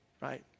right